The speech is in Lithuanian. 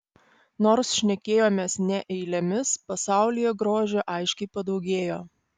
nors šnekėjomės ne eilėmis pasaulyje grožio aiškiai padaugėjo